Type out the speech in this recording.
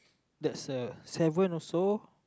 that's a seven also